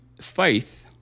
faith